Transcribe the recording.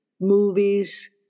movies